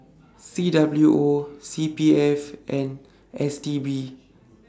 C W O C P F and S T B